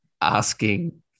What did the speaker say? asking